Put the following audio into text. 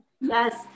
yes